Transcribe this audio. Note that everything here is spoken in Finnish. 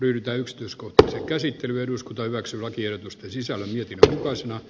yhtä yksityiskohtaista käsittelyä eduskunta hyväksyy lakiehdotusta sisälly kaukaisena